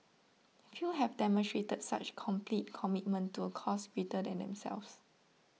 few have demonstrated such complete commitment to a cause greater than themselves